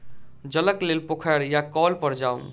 जलक लेल पोखैर या कौल पर जाऊ